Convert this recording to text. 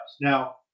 Now